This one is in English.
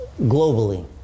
Globally